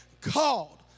called